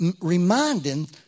reminding